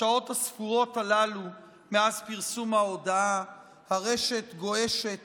בשעות הספורות הללו מאז פרסום ההודעה הרשת גועשת